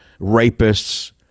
rapists